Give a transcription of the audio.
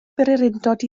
bererindod